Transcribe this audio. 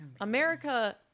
America